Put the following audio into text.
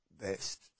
Best